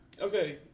Okay